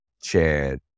Chad